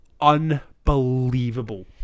unbelievable